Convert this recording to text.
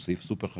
זה סעיף סופר-חשוב.